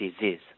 disease